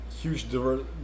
huge